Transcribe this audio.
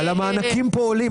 המענקים כאן עולים.